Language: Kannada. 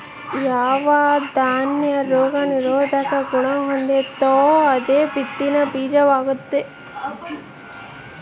ಯಾವ ದಾನ್ಯ ರೋಗ ನಿರೋಧಕ ಗುಣಹೊಂದೆತೋ ಅದು ಬಿತ್ತನೆ ಬೀಜ ವಾಗ್ತದ